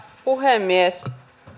puhemies